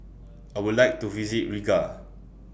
I Would like to visit Riga